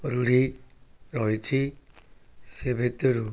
ରୂଢ଼ି ରହିଛି ସେ ଭିତରୁ